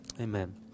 amen